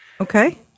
okay